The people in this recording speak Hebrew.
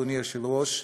אדוני היושב-ראש.